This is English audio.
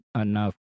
enough